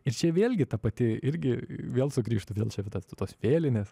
ir čia vėlgi ta pati irgi vėl sugrįžtu vėl apie tas tos vėlinės